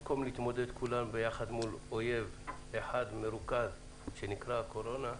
במקום להתמודד יחדיו מול האויב שנקרא "קורונה".